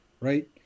Right